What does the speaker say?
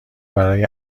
برای